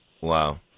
Wow